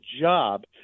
job